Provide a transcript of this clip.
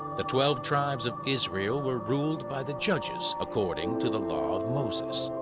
the twelve tribes of israel were ruled by the judges according to the law of moses.